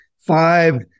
five